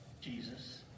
Jesus